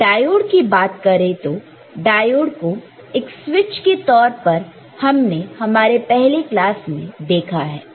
और डायोड की बात करें तो डायोड को एक स्विच के तौर पर हमने हमारे पहले क्लास में देखा है